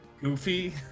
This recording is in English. Goofy